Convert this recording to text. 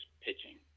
pitching